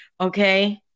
okay